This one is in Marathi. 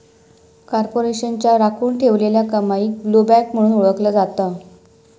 कॉर्पोरेशनच्या राखुन ठेवलेल्या कमाईक ब्लोबॅक म्हणून ओळखला जाता